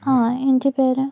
ആ എൻ്റെ പേര്